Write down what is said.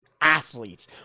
athletes